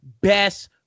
best